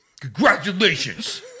congratulations